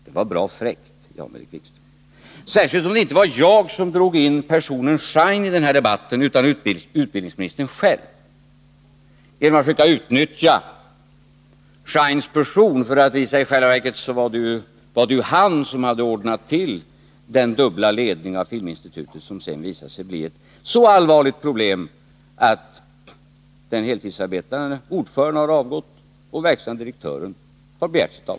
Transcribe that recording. Det var bra fräckt, Jan-Erik Wikström, att påstå det, särskilt som det inte var jag som drog in personen Schein i den här debatten, utan utbildningsministern själv, för att försöka utnyttja Scheins person. I själva verket var det ju han som gav upphov till den dubbla ledning av Filminstitutet som sedan visade sig bli ett så allvarligt problem att den heltidsarbetande ordföranden har avgått och den verkställande direktören begärt avsked.